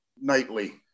nightly